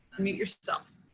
unmute yourself.